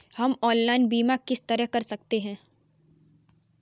हम ऑनलाइन बीमा किस तरह कर सकते हैं?